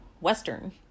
western